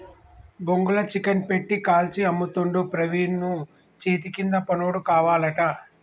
బొంగుల చికెన్ పెట్టి కాల్చి అమ్ముతుండు ప్రవీణు చేతికింద పనోడు కావాలట